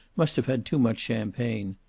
must have had too much champagne.